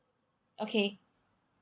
okay